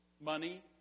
money